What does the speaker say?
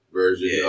version